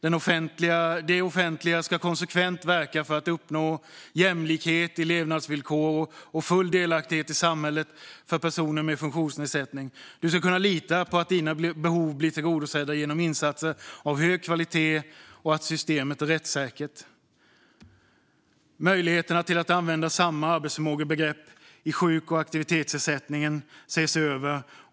Det offentliga ska konsekvent verka för att uppnå jämlikhet i levnadsvillkor och full delaktighet i samhället för personer med funktionsnedsättning. Du ska kunna lita på att dina behov blir tillgodosedda genom insatser av hög kvalitet och att systemet är rättssäkert. Möjligheterna att använda samma arbetsförmågebegrepp i sjuk och aktivitetsersättningen ses över.